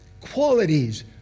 Qualities